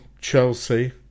Chelsea